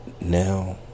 now